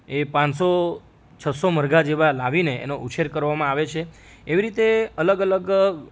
એ પાંચસો છસ્સો મરઘા જેવા લાવીને એનો ઉછેર કરવામાં આવે છે એવી રીતે અલગ અલગ